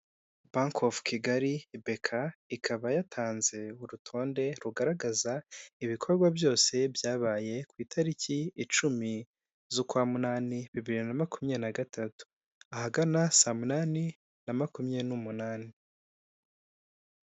Bank of kigali BK, ikaba yatanze urutonde rugaragaza ibikorwa byose byabaye, ku itariki icumi z'ukwa munani bibiri na makumyabiri na gatatu, ahagana saa munani na makumyabiri n'umunani.